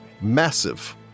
massive